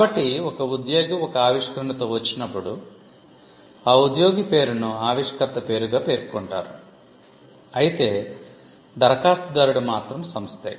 కాబట్టి ఒక ఉద్యోగి ఒక ఆవిష్కరణతో వచ్చినప్పుడు ఆ ఉద్యోగి పేరును ఆవిష్కర్త పేరుగా పేర్కొంటారు అయితే దరఖాస్తుదారుడు మాత్రం సంస్థే